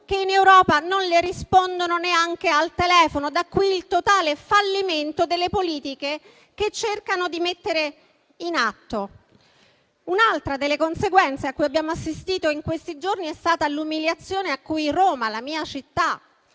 che in Europa non le rispondono neanche al telefono. Da qui il totale fallimento delle politiche che cercano di mettere in atto. Un'altra delle conseguenze a cui abbiamo assistito in questi giorni è stata l'umiliazione che Roma, la mia città,